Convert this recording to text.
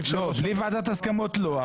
בלי ועדת ההסכמות לא.